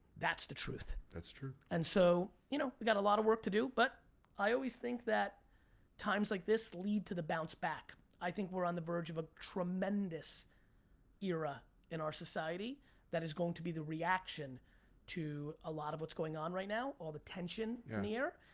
that's the truth. that's true. and so you know we got a lot of work to do but i always think that times like this lead to the bounce back. i think we're on the verge of a tremendous era in our society that is going to be the reaction to a lot of what's going on right now, all the tension in the air,